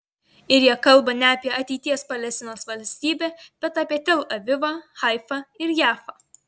ir jie kalba ne apie ateities palestinos valstybę bet apie tel avivą haifą ir jafą